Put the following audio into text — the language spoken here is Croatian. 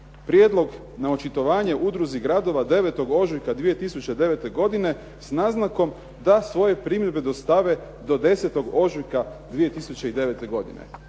prijedlog na očitovanje Udruzi gradova 9. ožujka 2009. godine s naznakom da svoje primjedbe dostave do 10. ožujka 2009. godine.